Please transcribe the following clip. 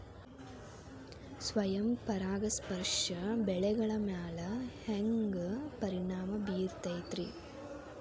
ಸ್ವಯಂ ಪರಾಗಸ್ಪರ್ಶ ಬೆಳೆಗಳ ಮ್ಯಾಲ ಹ್ಯಾಂಗ ಪರಿಣಾಮ ಬಿರ್ತೈತ್ರಿ?